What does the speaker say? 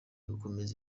gukomeza